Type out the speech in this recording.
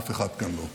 אף אחד כאן לא,